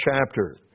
chapter